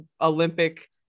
Olympic